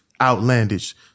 outlandish